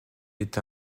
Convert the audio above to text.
est